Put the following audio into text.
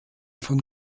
von